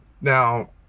Now